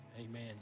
Amen